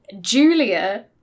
Julia